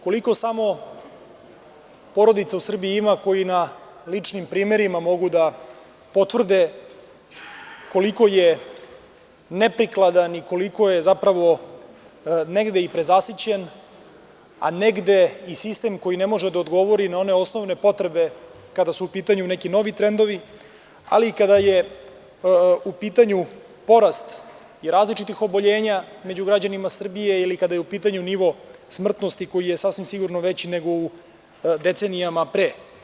Koliko samo porodica u Srbiji ima koje na ličnim primerima mogu da potvrde koliko je neprikladan i koliko je zapravo negde i prezasićen, a negde i sistem koji ne može da odgovori na one osnovne potrebe kada su u pitanju neki novi trendovi, ali i kada je u pitanju porast i različitih oboljenja među građanima Srbije ili kada je u pitanju nivo smrtnosti koji je sasvim sigurno veći nego u decenijama pre.